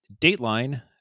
Dateline